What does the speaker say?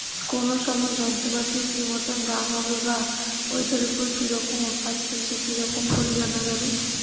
কোন সময় যন্ত্রপাতির কি মতন দাম হবে বা ঐটার উপর কি রকম অফার চলছে কি রকম করি জানা যাবে?